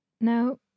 Now